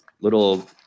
little